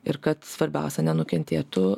ir kad svarbiausia nenukentėtų